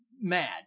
mad